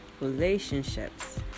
relationships